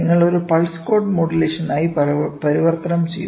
നിങ്ങൾ ഒരു pulse code മോഡുലേഷനായി പരിവർത്തനം ചെയ്തു